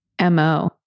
MO